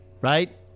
right